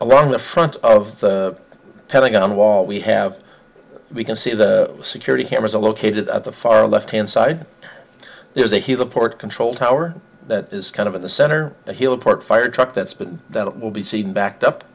along the front of the pentagon wall we have we can see the security cameras are located at the far left hand side there's a huge report control tower that is kind of in the center of heliport fire truck that's been that it will be seen backed up